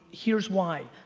here's why.